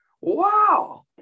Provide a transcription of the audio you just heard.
wow